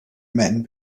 men